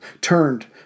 turned